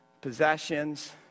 Possessions